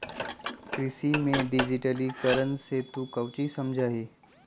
कृषि में डिजिटिकरण से तू काउची समझा हीं?